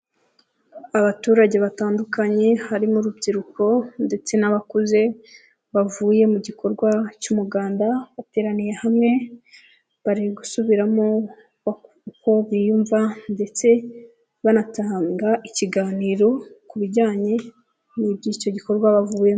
Abaturage batandukanye harimo urubyiruko ndetse n'abakuze, bavuye mu gikorwa cy'umuganda bateraniye hamwe, bari gusubiramo uko biyumva, ndetse banatanga ikiganiro ku bijyanye n'iby'icyo gikorwa bavuyemo.